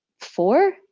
four